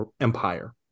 empire